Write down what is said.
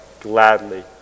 gladly